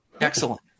Excellent